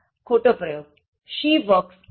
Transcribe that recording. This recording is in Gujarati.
ખોટો પ્રયોગ She works hardly for her promotion